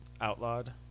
Outlawed